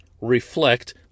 reflect